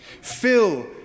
Fill